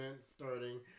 starting